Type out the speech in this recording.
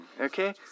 Okay